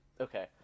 okay